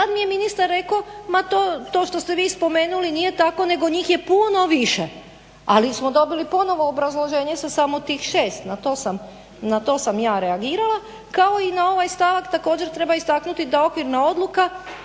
Tad mi je ministar rekao ma to što ste vi spomenuli nije tako nego njih je puno više, ali smo dobili ponovo obrazloženje sa samo tih 6, na to sam ja reagirala, kao i na ovaj stavak također treba istaknuti da okvirna odluka